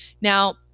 Now